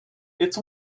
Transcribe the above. its